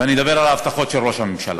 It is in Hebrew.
ואדבר על ההבטחות של ראש הממשלה.